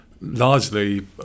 Largely